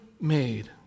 made